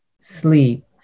sleep